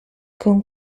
con